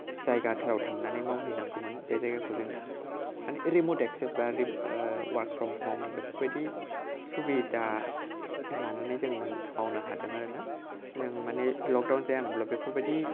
जायगाफोराव थांनानै मावहैनांगौमोन बे जायगाखौ जों माने रिमत एक्सेक बा वार्क फ्रम हम बेफोरबायदि सुबिदा लानानै जों मावनो हादों आरोना जों मान लकदाउन जायामोनब्ला बेफोरबायदि